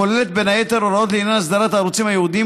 הכוללת בין היתר הוראות לעניין אסדרת הערוצים הייעודיים,